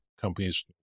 companies